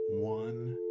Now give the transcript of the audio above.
one